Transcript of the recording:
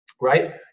right